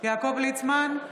יעקב ליצמן,